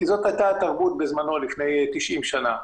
כי זאת הייתה התרבות בזמנו לפני 90 שנה,